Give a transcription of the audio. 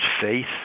faith